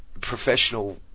professional